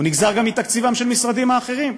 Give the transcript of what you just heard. הוא נגזר גם מתקציבם של המשרדים האחרים.